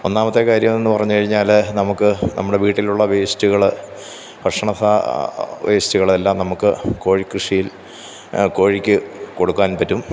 ഒന്നാമത്തെ കാര്യമെന്ന് പറഞ്ഞ് കഴിഞ്ഞാൽ നമുക്ക് നമ്മുടെ വീട്ടിലുള്ള വേസ്റ്റ്കൾ ഭക്ഷണസാധനം വേസ്റ്റ്കളെല്ലാം നമുക്ക് കോഴിക്കൃഷിയില് കോഴിക്ക് കൊടുക്കാന് പറ്റും